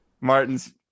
martin's